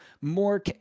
more